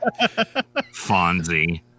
Fonzie